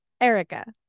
Erica